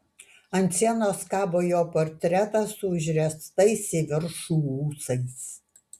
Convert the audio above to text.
ant sienos kabo jo portretas su užriestais į viršų ūsais